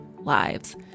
lives